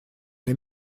les